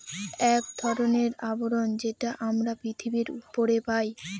এক ধরনের আবরণ যেটা আমরা পৃথিবীর উপরে পাই